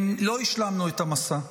לא השלמנו את המסע.